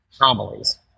homilies